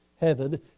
heaven